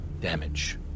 damage